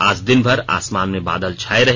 आज दिनभर आसमान में बादल छाये रहे